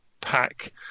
pack